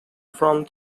from